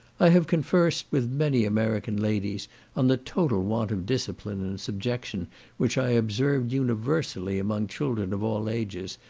i have conversed with many american ladies on the total want of discipline and subjection which i observed universally among children of all ages,